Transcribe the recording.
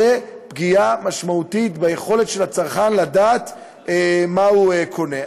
זו פגיעה משמעותית ביכולת של הצרכן לדעת מה הוא קונה.